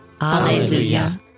Alleluia